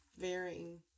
varying